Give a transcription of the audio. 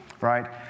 right